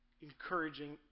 encouraging